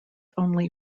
only